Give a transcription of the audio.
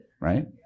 right